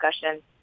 discussion